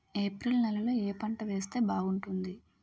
April నెలలో ఏ పంట వేస్తే బాగుంటుంది?